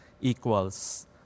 equals